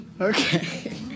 Okay